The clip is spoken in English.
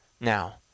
now